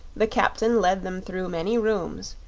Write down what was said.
the captain led them through many rooms,